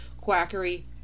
quackery